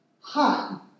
Hot